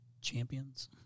champions